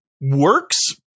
works